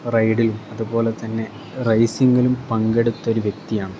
റൈഡിലും അതുപോലെത്തന്നെ റയ്സിങ്ങിലും പങ്കെടുത്ത ഒരു വ്യക്തിയാണ്